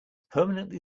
permanently